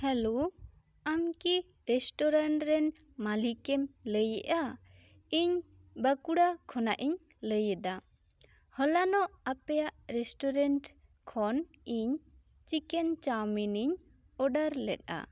hello ᱟᱢ ᱠᱤ restaurant ᱨᱮᱱ ᱢᱟᱹᱞᱤᱠ ᱮᱢ ᱞᱟᱹᱭ ᱮᱫᱟ ᱤᱧ ᱵᱟᱸᱠᱩᱲᱟ ᱠᱷᱚᱱᱟᱜ ᱤᱧ ᱞᱟᱹᱭ ᱮᱫᱟ ᱦᱚᱞᱟᱱᱚᱜ ᱟᱯᱮᱭᱟᱜ ᱨᱮᱥᱴᱩᱨᱮᱱᱴ ᱠᱷᱚᱱ ᱤᱧ ᱪᱤᱠᱮᱱ ᱪᱟᱣᱢᱤᱱ ᱤᱧ ᱚᱰᱟᱨ ᱞᱮᱜ ᱟ